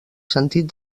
sentit